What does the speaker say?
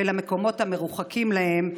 למקומות מרוחקים מהם.